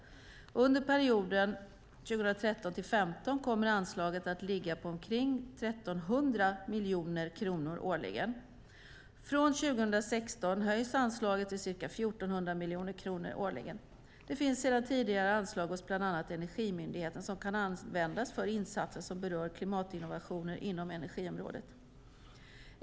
Under perioden 2013-2015 kommer anslaget att ligga på omkring 1 300 miljoner kronor årligen. Från 2016 höjs anslaget till ca 1 400 miljoner kronor årligen. Det finns sedan tidigare anslag hos bland annat Energimyndigheten som kan användas för insatser som berör klimatinnovationer inom energiområdet.